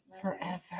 forever